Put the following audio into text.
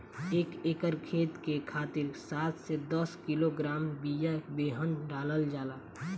एक एकर खेत के खातिर सात से दस किलोग्राम बिया बेहन डालल जाला?